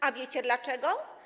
A wiecie dlaczego?